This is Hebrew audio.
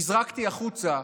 נזרקתי החוצה,